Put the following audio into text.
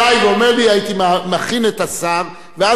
הייתי מכין את השר ואז הוא היה עונה.